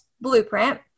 blueprint